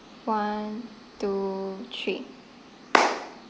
one two three